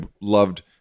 loved